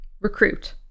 Recruit